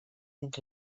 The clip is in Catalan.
dins